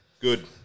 Good